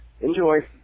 enjoy